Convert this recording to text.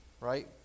right